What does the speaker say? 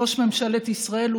ראש ממשלת ישראל,